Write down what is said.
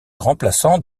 remplaçant